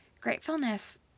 Gratefulness